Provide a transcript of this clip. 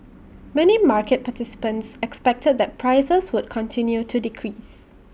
many market participants expected that prices would continue to decrease